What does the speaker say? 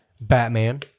Batman